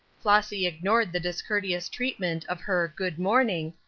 flossy ignored the discourteous treatment of her good-morning,